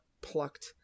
plucked